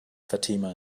fatima